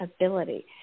ability